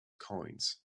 coins